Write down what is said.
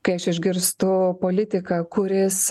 kai aš išgirstu politiką kuris